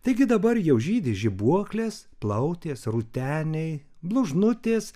taigi dabar jau žydi žibuoklės plautės rūteniai blužnutės